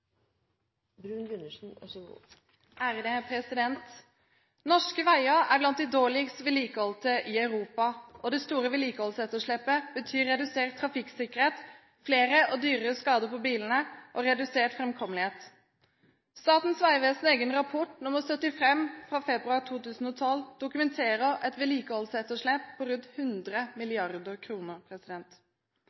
det store vedlikeholdsetterslepet betyr redusert trafikksikkerhet, flere og dyrere skader på bilene og redusert framkommelighet. Statens vegvesens egen rapport nr. 75 fra februar 2012 dokumenterer et vedlikeholdsetterslep på rundt 100